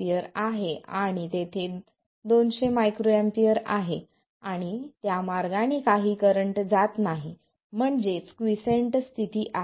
µA आहे आणि तेथे 200 µA आहे आणि त्या मार्गाने काही करंट जात नाही म्हणजे क्वीसेंट स्थिती आहे